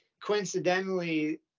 Coincidentally